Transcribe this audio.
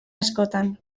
askotan